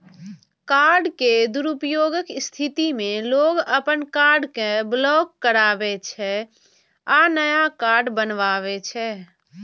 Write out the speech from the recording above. card के दुरुपयोगक स्थिति मे लोग अपन कार्ड कें ब्लॉक कराबै छै आ नया कार्ड बनबावै छै